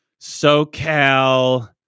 SoCal